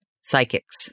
Psychics